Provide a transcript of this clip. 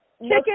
Chicken